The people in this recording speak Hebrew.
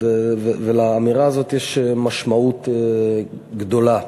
ולאמירה הזאת יש משמעות גדולה.